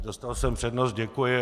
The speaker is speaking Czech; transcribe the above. Dostal jsem přednost, děkuji.